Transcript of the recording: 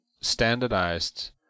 standardized